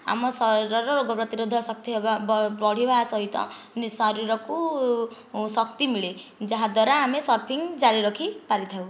ଆମ ଶରୀରର ରୋଗ ପ୍ରତିରୋଧକ ଶକ୍ତି ହେବା ବଢ଼ିବା ସହିତ ଶରୀରକୁ ଶକ୍ତି ମିଳେ ଯାହା ଦ୍ଵାରା ଆମେ ସର୍ଫିଙ୍ଗ ଜାରିରଖି ପାରିଥାଉ